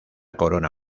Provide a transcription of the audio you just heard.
corona